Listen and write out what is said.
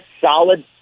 solid